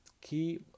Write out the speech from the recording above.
key